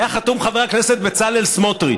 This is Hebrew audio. היה חתום חבר הכנסת בצלאל סמוטריץ.